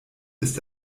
ist